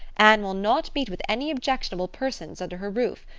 anne will not meet with any objectionable persons under her roof.